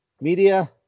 Media